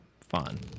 fun